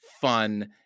fun